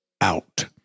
out